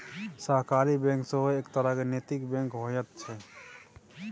सहकारी बैंक सेहो एक तरहक नैतिक बैंक होइत छै